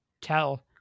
tell